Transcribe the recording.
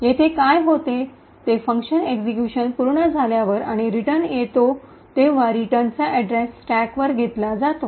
येथे काय होते ते फंक्शन एक्सिक्यूशन पूर्ण झाल्यावर आणि रिटर्न येते तेव्हा रिटर्नचा अड्रेस स्टॅकवरून घेतला जातो